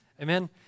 Amen